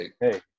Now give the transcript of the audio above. Hey